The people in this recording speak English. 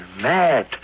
mad